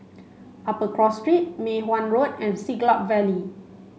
Upper Cross Street Mei Hwan Road and Siglap Valley